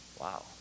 Wow